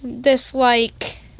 dislike